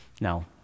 No